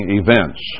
events